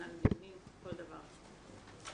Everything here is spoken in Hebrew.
הכנת דיונים ובכל דבר אחר.